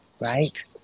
right